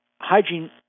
hygiene